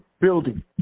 building